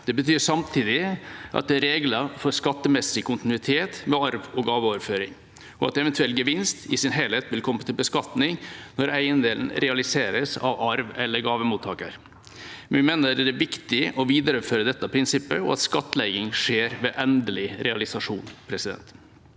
Det betyr samtidig at det er regler for skattemessig kontinuitet ved arve- og gaveoverføring, og at eventuell gevinst i sin helhet vil komme til beskatning når eiendelen realiseres av arve- eller gavemottaker. Vi mener det er viktig å videreføre dette prinsippet, og at skattlegging skjer ved endelig realisasjon.